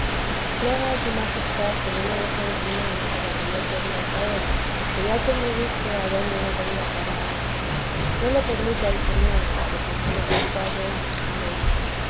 plega a su majestad que no me deje de su mano para que yo torne a caer que ya tengo visto adonde he de ir a parar no lo permita el señor porquien su majestad es amén